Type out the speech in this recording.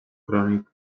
crònic